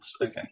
Okay